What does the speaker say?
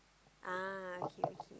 ah okay okay